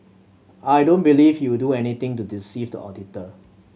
I don't believe he would do anything to deceive the auditor